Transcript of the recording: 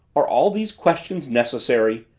are all these questions necessary?